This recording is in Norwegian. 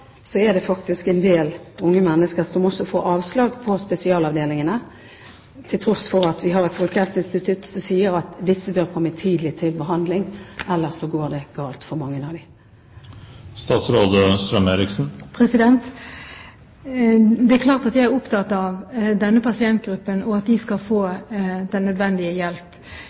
så er spørsmålet: Hvorfor må man vente i uker og måneder for å få plass? Sågar er det faktisk en del unge mennesker som også får avslag på spesialavdelingene, til tross for at vi har et folkehelseinstitutt som sier at disse bør komme tidlig til behandling, ellers går det galt for mange av dem. Det er klart at jeg er opptatt av denne pasientgruppen, og av at de skal få den nødvendige